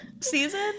season